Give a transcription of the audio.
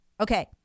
Okay